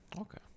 Okay